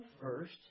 first